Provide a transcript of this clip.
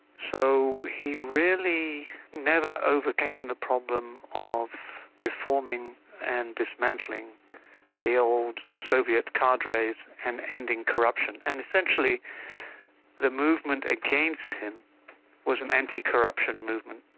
so he really never overcame the problem of reforming and dismantling the old soviet cadres and ending corruption. and essentially the movement against him was an anti-corruption movement,